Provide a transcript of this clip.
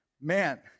Man